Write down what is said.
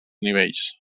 nivells